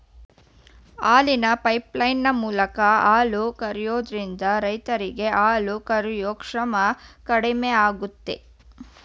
ಹಾಲಿನ ಪೈಪ್ಲೈನ್ ಮೂಲಕ ಹಾಲು ಕರಿಯೋದ್ರಿಂದ ರೈರರಿಗೆ ಹಾಲು ಕರಿಯೂ ಶ್ರಮ ಕಡಿಮೆಯಾಗುತ್ತೆ